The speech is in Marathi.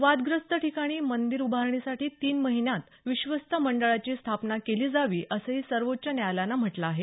वादग्रस्त ठिकाणी मंदीर उभारणीसाठी तीन महिन्यांत विश्वस्त मंडळाची स्थापना केली जावी असंही सर्वोच्व न्यायालयानं म्हटलं आहे